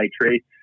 nitrate